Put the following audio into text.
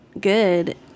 good